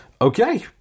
Okay